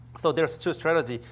so, there's two strategy.